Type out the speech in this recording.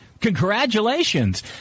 Congratulations